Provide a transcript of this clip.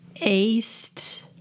East